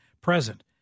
present